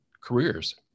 careers